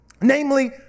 Namely